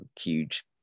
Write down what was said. huge